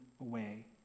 away